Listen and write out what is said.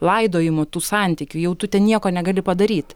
laidojimu tų santykių jau tu ten nieko negali padaryt